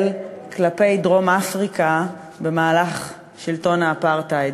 כלפי דרום-אפריקה במהלך שלטון האפרטהייד.